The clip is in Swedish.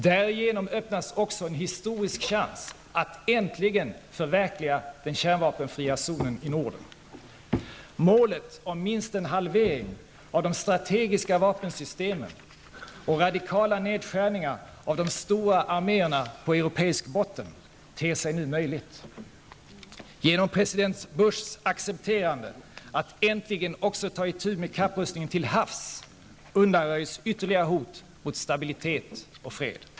Därigenom öppnas också en historisk chans att äntligen förverkliga den kärnvapenfria zonen i Norden. Målet om minst en halvering av de strategiska vapensystemen och radikala nedskärningar av de stora arméerna på europeisk botten ter sig nu möjligt. Genom president Bushs accepterande att äntligen också ta itu med kapprustningen till havs undanröjs ytterligare hot mot stabilitet och fred.